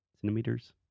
centimeters